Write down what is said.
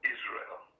Israel